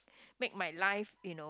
make my life you know